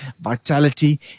vitality